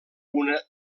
una